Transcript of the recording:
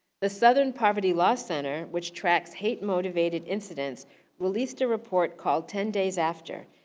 the southern poverty law center which tracks hate motivated incidents released a report called ten days after.